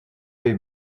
pays